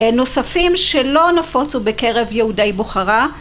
נוספים שלא נפוצו בקרב יהודי בוכרה